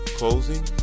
closing